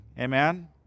Amen